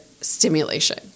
stimulation